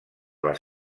les